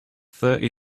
thirty